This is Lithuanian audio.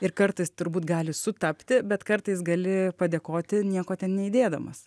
ir kartais turbūt gali sutapti bet kartais gali padėkoti nieko ten neįdėdamas